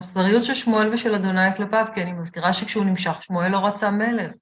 המחזריות של שמואל ושל אדוניי כלפיו, כן, היא מזכירה שכשהוא נמשח שמואל לא רצה מלך.